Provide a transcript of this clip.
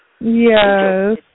Yes